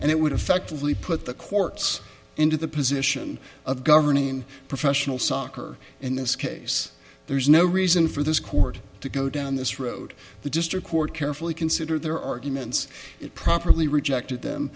and it would effectively put the courts into the position of governing professional soccer in this case there's no reason for this court to go down this road the district court carefully consider their arguments it properly rejected them